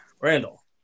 Randall